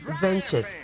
Ventures